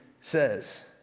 says